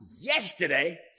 yesterday